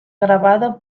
grabado